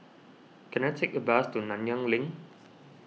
can I take a bus to Nanyang Link